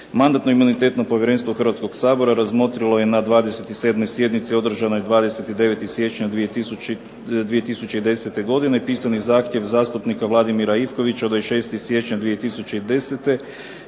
Mandatno-imunitetno povjerenstvo Hrvatskoga sabora razmotrilo je na 27. sjednici održanoj 29. siječnja 2010. godine pisani zahtjev zastupnika Vladimira Ivkovića od 26. siječnja 2010. kojim